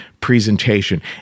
presentation